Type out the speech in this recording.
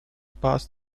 pass